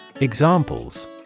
Examples